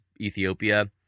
Ethiopia